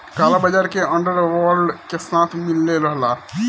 काला बाजार के अंडर वर्ल्ड के साथ मिलले रहला